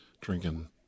drinking